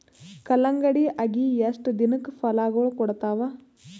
ಕಲ್ಲಂಗಡಿ ಅಗಿ ಎಷ್ಟ ದಿನಕ ಫಲಾಗೋಳ ಕೊಡತಾವ?